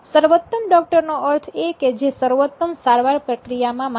સર્વોત્તમ ડોક્ટર નો અર્થ એ કે જે સર્વોત્તમ સારવાર પ્રક્રિયા કરવામાં માને